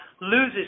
loses